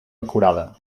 acurada